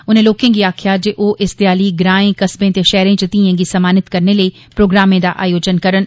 उनें लोकें गी आक्खेआ जे ओह् इस देआली ग्रांए कस्बे ते शैहरें च धिएं गी सम्मानित करने लेई प्रोग्रामें दा आयोजन करन